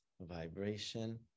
vibration